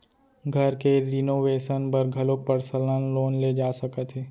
घर के रिनोवेसन बर घलोक परसनल लोन ले जा सकत हे